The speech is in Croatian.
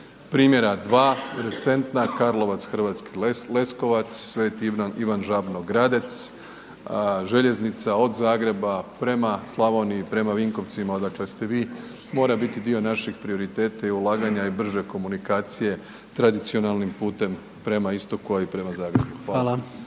Primjera dva recentna, Karlovac-Hrvatski Leskovac, Sveti Ivan Žabno-Gradec, željeznica od Zagrebe prema Slavoniji, prema Vinkovcima odakle ste vi, mora biti dio našeg prioriteta i ulaganja i brže komunikacije tradicionalnim putem prema istoku, a i prema Zagrebu. Hvala.